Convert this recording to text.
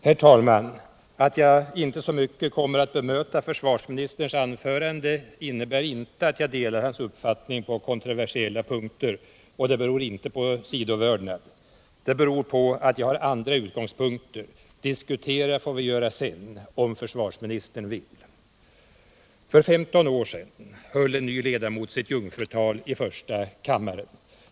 Herr talman! Att jag inte så mycket kommer att bemöta försvarsministerns anförande innebär inte att jag delar hans uppfattning på kontroversiella punkter. Det beror inte heller på sidovördnad, utan det beror på att jag har andra utgångspunkter. Diskutera får vi göra sedan, om försvarsministern vill. För 15 år sedan höll en ny ledamot sitt jungfrutal i första kammaren.